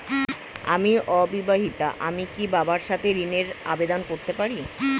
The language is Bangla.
আমি অবিবাহিতা আমি কি বাবার সাথে ঋণের আবেদন করতে পারি?